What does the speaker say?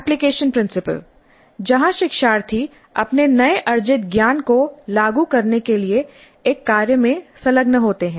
application principle जहां शिक्षार्थी अपने नए अर्जित ज्ञान को लागू करने के लिए एक कार्य में संलग्न होते हैं